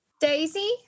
Daisy